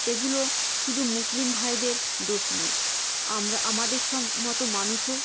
এগুলো শুধু মুসলিম ভাইয়েদের দোষ নয় আমরা আমাদের সব মতো মানুষও